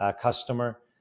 customer